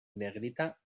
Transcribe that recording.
negrita